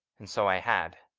and so i had.